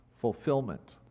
fulfillment